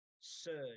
surge